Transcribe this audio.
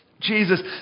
Jesus